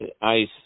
ice